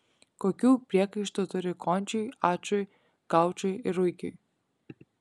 kokių priekaištų turi končiui ačui gaučui ir ruikiui